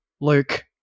Luke